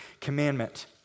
commandment